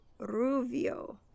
Ruvio